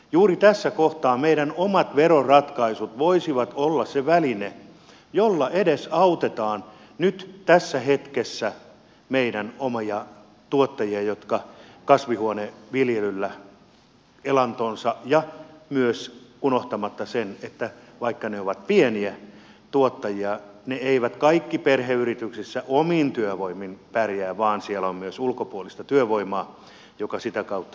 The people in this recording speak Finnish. juuri tässä kohtaa meidän omat veroratkaisut voisivat olla se väline jolla edesautetaan nyt tässä hetkessä meidän omia tuottajia jotka kasvihuoneviljelyllä elantonsa saavat ja myös unohtamatta sitä että vaikka ne ovat pieniä tuottajia ne eivät kaikki perheyrityksissä omin työvoimin pärjää vaan siellä on myös ulkopuolista työvoimaa joka sitä kautta tukee kansantaloutta